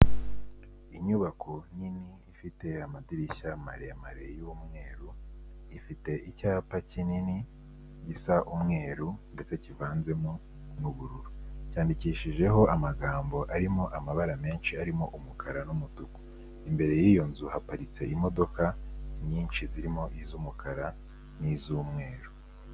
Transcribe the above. Inyubako nini ifite amadirishya maremare y'umweru, ifite icyapa kinini gisa umweru ndetse kivanzemo n'ubururu, cyandikishijeho amagambo arimo amabara menshi arimo umukara n'umutuku, imbere y'iyo nzu haparitse imodoka nyinshi zirimo iz'umukara n'iz'umweru.